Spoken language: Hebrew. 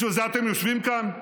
בשביל זה אתם יושבים כאן?